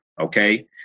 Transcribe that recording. okay